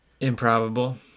Improbable